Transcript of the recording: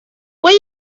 what